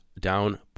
down